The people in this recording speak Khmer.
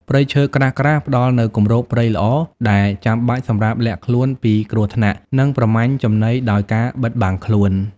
ព្រៃឈើក្រាស់ៗ ផ្តល់នូវ គម្របព្រៃល្អ ដែលចាំបាច់សម្រាប់លាក់ខ្លួនពីគ្រោះថ្នាក់ និងប្រមាញ់ចំណីដោយការបិទបាំងខ្លួន។